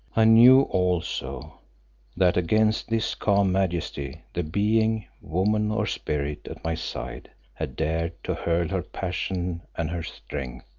i knew also that against this calm majesty the being, woman or spirit, at my side had dared to hurl her passion and her strength.